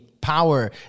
power